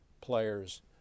players